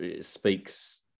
speaks